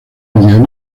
medio